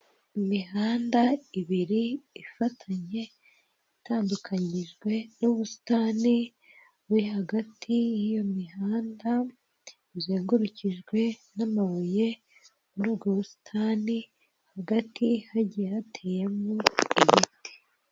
Imihanda ibiri ifatanye itandukanyijwe n'ubusitani buri hagati y'iyo mihanda, buzengurukijwe n'amabuye, muri ubwo busitani hagati hagiye hateyemo ibiti.